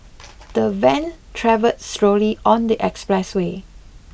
the van traveled slowly on the expressway